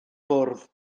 bwrdd